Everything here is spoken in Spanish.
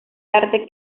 arte